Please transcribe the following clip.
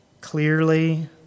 clearly